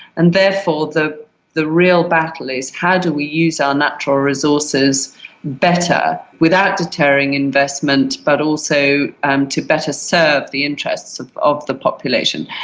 and therefore the the real battle is how do we use our natural resources better without deterring investment but also um to better serve the interests of the population.